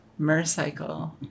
Mercycle